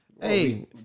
hey